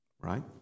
right